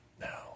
Now